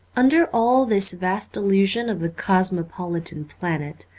under all this vast illusion of the cosmo politan planet,